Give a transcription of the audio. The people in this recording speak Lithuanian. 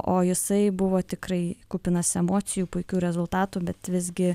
o jisai buvo tikrai kupinas emocijų puikių rezultatų bet visgi